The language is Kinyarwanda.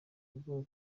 rwo